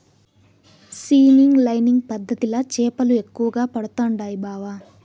seining lining పద్ధతిల చేపలు ఎక్కువగా పడుతండాయి బావ